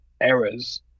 errors